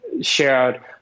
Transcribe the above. shared